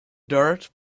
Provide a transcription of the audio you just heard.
dirt